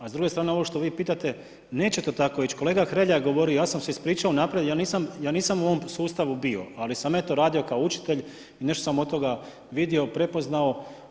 A s druge strane ovo što vi pitate neće to tako ići, kolega HRelja je govorio ja sam se ispričao unaprijed ja nisam u ovom sustavu bio, ali sam eto radio kao učitelj i nešto sam od toga vidio, prepoznao.